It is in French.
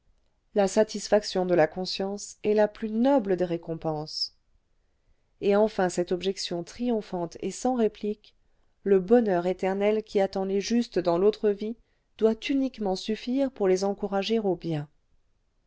la satisfaction de la conscience est la plus noble des récompenses et enfin cette objection triomphante et sans réplique le bonheur éternel qui attend les justes dans l'autre vie doit uniquement suffire pour les encourager au bien